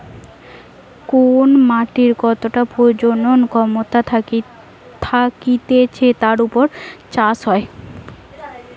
কোন মাটির কতটা প্রজনন ক্ষমতা থাকতিছে যার উপর চাষ হয়